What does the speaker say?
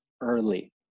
early